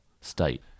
state